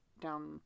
down